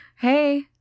Hey